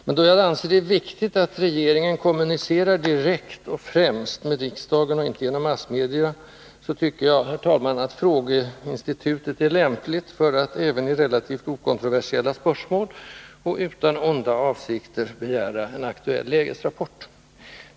Men då jag anser det viktigt att regeringen kommunicerar med riksdagen direkt och inte genom massmedia tycker jag, herr talman, att frågeinstitutet är lämpligt för att även i relativt okontroversiella spörsmål och utan onda avsikter begära en aktuell lägesrapport.